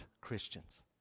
Christians